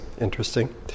interesting